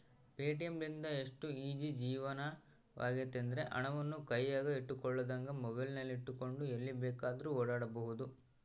Paytm ಲಿಂದ ಎಷ್ಟು easy ಜೀವನವಾಗೆತೆಂದ್ರ, ಹಣವನ್ನು ಕೈಯಗ ಇಟ್ಟುಕೊಳ್ಳದಂಗ ಮೊಬೈಲಿನಗೆಟ್ಟುಕೊಂಡು ಎಲ್ಲಿ ಬೇಕಾದ್ರೂ ಓಡಾಡಬೊದು